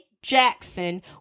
Jackson